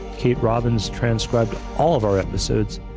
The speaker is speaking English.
kate robbins transcribed all of our episodes,